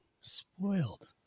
spoiled